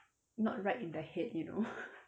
not right in the head you know